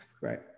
Right